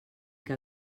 que